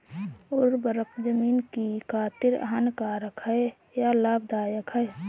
उर्वरक ज़मीन की खातिर हानिकारक है या लाभदायक है?